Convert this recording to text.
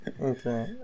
Okay